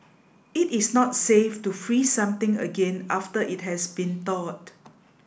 it is not safe to freeze something again after it has been thawed